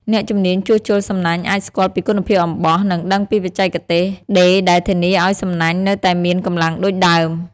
អ្នកជំនាញជួសជុលសំណាញ់អាចស្គាល់ពីគុណភាពអំបោះ និងដឹងពីបច្ចេកទេសដេរដែលធានាឲ្យសំណាញ់នៅតែមានកម្លាំងដូចដើម។